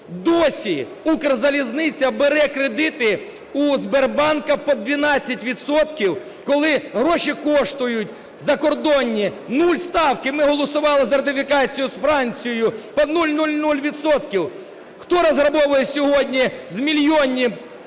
Досі Укрзалізниця бере кредити у Сбербанка під 12 відсотків, коли гроші коштують закордонні – нуль ставки, ми голосували за ратифікацію з Францією під 0,00 відсотків. Хто розграбовує сьогодні мільйонні,